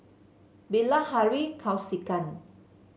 Bilahari Kausikan